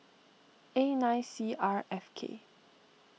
A nine C R F K